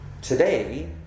Today